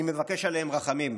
אני מבקש עליהם רחמים.